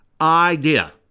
idea